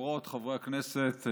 חברות וחברי הכנסת,